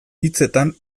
hitzetan